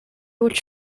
which